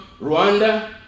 Rwanda